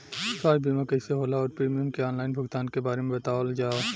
स्वास्थ्य बीमा कइसे होला और प्रीमियम के आनलाइन भुगतान के बारे में बतावल जाव?